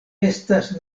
estas